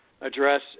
address